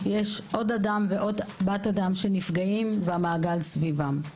יש עוד אדם ועוד בת אדם שנפגע והמעגל סביבם.